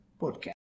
Podcast